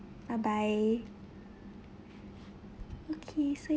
bye bye okay say